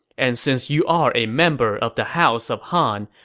and since you are a member of the house of han,